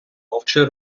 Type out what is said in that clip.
мовчи